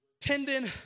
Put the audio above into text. Tendon